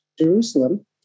Jerusalem